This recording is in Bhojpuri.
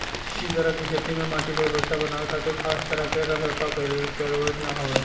इ तरह के खेती में माटी के उर्वरता बनावे खातिर खास तरह के रख रखाव कईला के जरुरत ना हवे